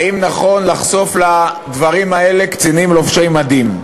האם נכון לחשוף לדברים האלה קצינים לובשי מדים?